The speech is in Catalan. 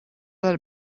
del